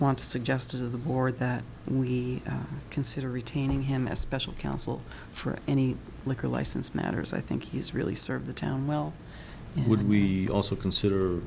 want to suggest to the board that we consider retaining him as special counsel for any liquor license matters i think he's really serve the town well would we also consider